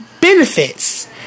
benefits